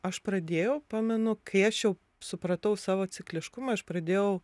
aš pradėjau pamenu kai aš jau supratau savo cikliškumą aš pradėjau